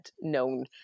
known